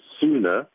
sooner